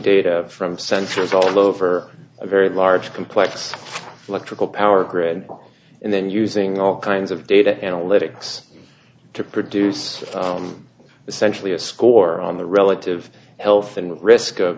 data from sensors all over a very large complex electrical power grid pole and then using all kinds of data analytics to produce essentially a score on the relative health and risk